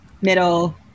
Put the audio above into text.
middle